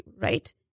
right